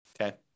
Okay